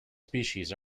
species